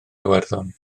iwerddon